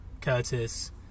Curtis